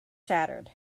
shattered